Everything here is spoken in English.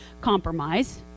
Compromise